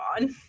on